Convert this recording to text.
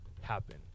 happen